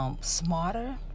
smarter